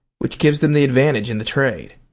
which gives them the advantage in the trade.